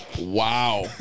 Wow